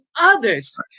others